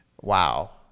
wow